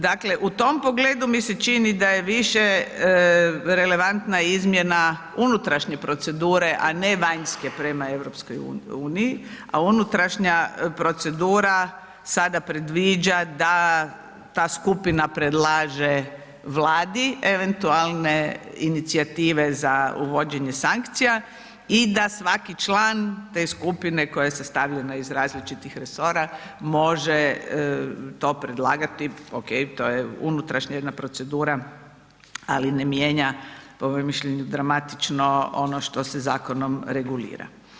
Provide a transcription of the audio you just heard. Dakle u tom pogledu mi se čini da je više relevantna izmjena unutrašnje procedure a ne vanjske prema EU a unutrašnja procedura sada predviđa da ta skupina predlaže Vladi eventualne inicijative za uvođenje sankcija i da svaki član te skupine koja se stavlja na iz različitih resora može to predlagati, OK, to je unutrašnja jedna procedura ali ne mijenja po mom mišljenju dramatično ono što se zakonom regulira.